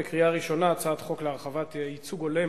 בקריאה ראשונה - הצעת חוק להרחבת ייצוג הולם